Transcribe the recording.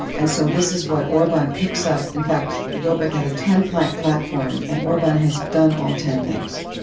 and so this is what orban picks up. in fact, jobbik had a ten plank platform, and orban has done all ten things.